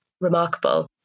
remarkable